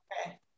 Okay